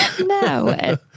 No